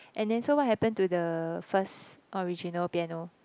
and then so what happened to the first original piano